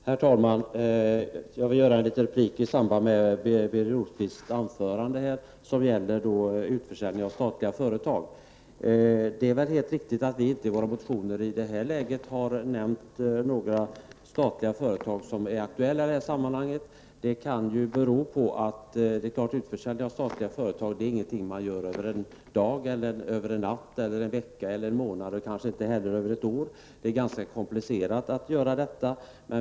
Herr talman! Jag vill ge en replik i samband med Det är helt riktigt att vi i våra motioner i det här läget inte har nämnt några statliga företag som är aktuella. Det kan bero på att en utförsäljning av statliga företag inte är något som görs över en dag, en vecka eller en månad, kanske inte heller över ett år. Det är ganska komplicerat.